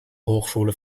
hochschule